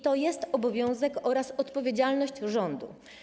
To jest obowiązek oraz odpowiedzialność rządu.